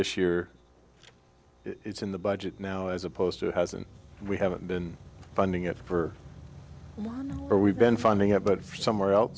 this year it's in the budget now as opposed to it hasn't we haven't been funding it for one or we've been funding it but for somewhere else